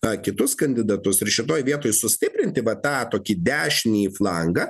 kitus kandidatus ir šitoje vietoj sustiprinti va tą tokį dešinįjį flangą